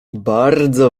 bardzo